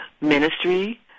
ministry